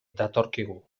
datorkigu